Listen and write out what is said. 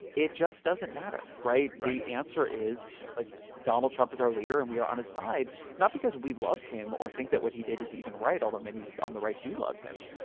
it just doesn't matter. right? right. the answer is like donald trump is our leader and we are on his side not because we love him or think that what he did is even right, although many on the right do love him,